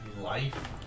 life